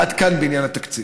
עד כאן בעניין התקציב.